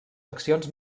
accions